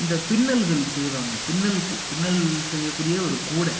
இந்த பின்னல்கள் செய்வாங்க பின்னல் கூ பின்னல் செய்யக்கூடிய ஒரு கூட